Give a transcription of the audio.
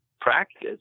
practice